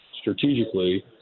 strategically –